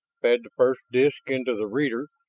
fed the first disk into the reader,